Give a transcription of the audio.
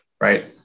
Right